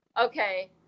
Okay